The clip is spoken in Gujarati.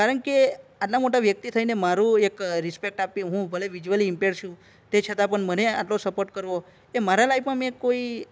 કારણકે આટલા મોટા વ્યક્તિ થઈને મારો એક રિસ્પેક્ટ આપવી હું ભલે હું વિઝયુલી ઇમપેર્ડ છું તે છતાં પણ મને આટલો સપોર્ટ કરવો એ મારા લાઈફમાં મેં કોઈ